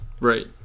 Right